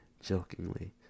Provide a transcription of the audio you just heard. jokingly